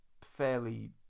fairly